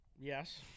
Yes